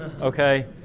okay